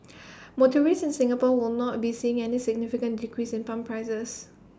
motorists in Singapore will not be seeing any significant decrease in pump prices